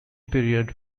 period